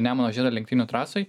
nemuno žiedo lenktynių trasoj